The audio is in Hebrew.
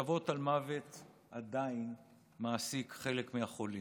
מחשבות על מוות עדיין מעסיקות חלק מהחולים.